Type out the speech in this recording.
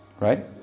Right